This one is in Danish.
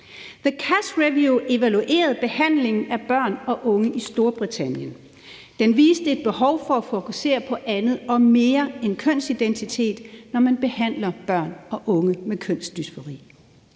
The Cass Review evaluerede behandlingen af børn og unge i Storbritannien, og den viste et behov for at fokusere på andet og mere end kønsidentitet, når man behandler børn og unge med kønsdysfori.